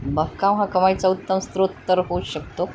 बागकाम हा कमाईचा उत्तम स्रोत तर होऊ शकतो